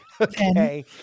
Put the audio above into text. Okay